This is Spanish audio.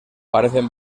parecen